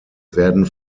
werden